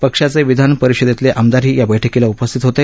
पक्षाचे विधान परिषदेतले आमदारही बैठकीला उपस्थित होते